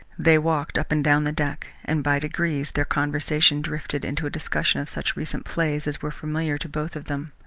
they walked up and down the deck, and by degrees their conversation drifted into a discussion of such recent plays as were familiar to both of them.